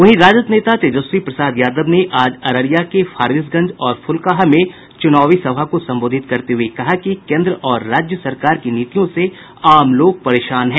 वहीं राजद नेता तेजस्वी प्रसाद यादव ने आज अररिया के फारबिसगंज और फुलकाहा में चुनावी सभा को संबोधित करते हुए कहा कि केन्द्र और राज्य सरकार की नीतियों से आम लोग परेशान हैं